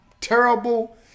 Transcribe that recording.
terrible